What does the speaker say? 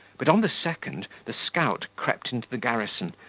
but on the second the scout crept into the garrison,